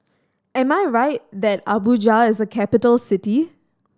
am I right that Abuja is a capital city